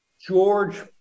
George